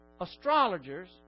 astrologers